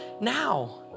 now